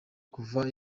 kuva